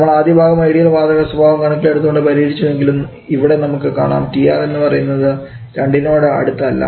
നമ്മൾ ആദ്യഭാഗം ഐഡിയൽ വാതക സ്വഭാവം കണക്കിലെടുത്തുകൊണ്ട് പരിഹരിച്ചു എങ്കിലും ഇവിടെ നമുക്ക് കാണാം TR എന്ന് പറയുന്നത് 2 നോട് അടുത്ത അല്ല